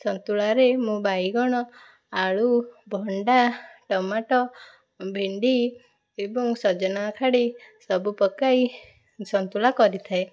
ସନ୍ତୁଳାରେ ମୁଁ ବାଇଗଣ ଆଳୁ ଭଣ୍ଡା ଟମାଟୋ ଭେଣ୍ଡି ଏବଂ ସଜନା ଖାଡ଼ି ସବୁ ପକାଇ ସନ୍ତୁଳା କରିଥାଏ